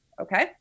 Okay